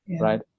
Right